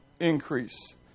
increase